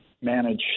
manage